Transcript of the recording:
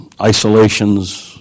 isolations